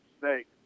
snakes